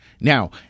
Now